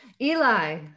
Eli